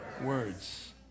Words